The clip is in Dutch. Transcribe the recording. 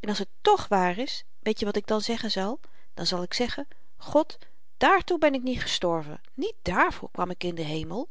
en als het tch waar is weetje wat ik dan zeggen zal dan zal ik zeggen god dààrtoe ben ik niet gestorven niet dààrvoor kwam ik in den hemel